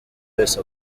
wese